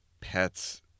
pets